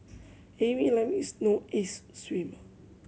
Amy Lam is no ace swimmer